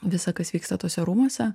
visą kas vyksta tuose rūmuose